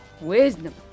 Wisdom